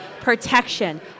protection